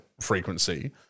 frequency